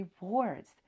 rewards